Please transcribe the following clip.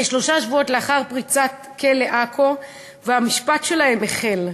כשלושה שבועות לאחר פריצת כלא עכו והמשפט שלהם החל.